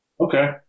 Okay